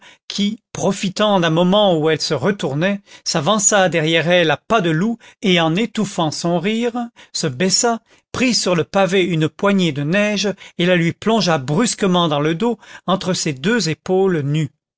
qui profitant d'un moment où elle se retournait s'avança derrière elle à pas de loup et en étouffant son rire se baissa prit sur le pavé une poignée de neige et la lui plongea brusquement dans le dos entre ses deux épaules nues